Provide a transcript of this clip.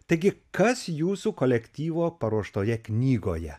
taigi kas jūsų kolektyvo paruoštoje knygoje